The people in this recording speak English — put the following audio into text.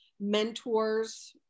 mentors